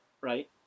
right